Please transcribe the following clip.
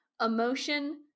Emotion